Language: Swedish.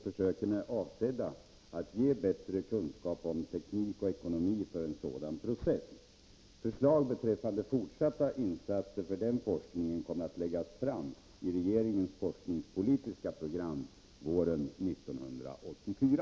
Försöken är avsedda att ge bättre kunskap om teknik Nr 38 och ekonomi för sådan process.